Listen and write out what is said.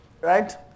Right